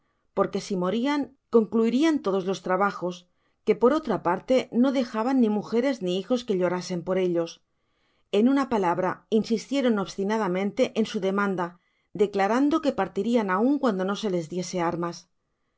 porque si morian conc'üirian todos los trabajos que por otra parte no dejaban ni mujeres ni hijos que llorasen por ellos en una palabra insistieron obstinadamente en su deman da declarando qoe partirian aun cuando no se les diese armas los